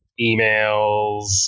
emails